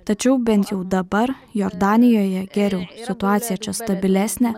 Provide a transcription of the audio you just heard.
tačiau bent jau dabar jordanijoje geriau situacija čia stabilesnė